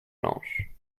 blanches